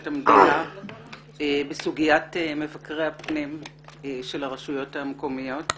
המדינה בסוגיית מבקרי הפנים של הרשויות המקומיות.